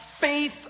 faith